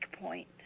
point